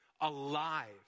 alive